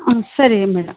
ಹಂ ಸರಿ ಮೇಡಮ್